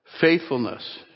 faithfulness